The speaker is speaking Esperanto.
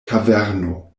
kaverno